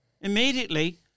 immediately